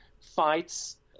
fights